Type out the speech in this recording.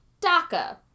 DACA